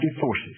forces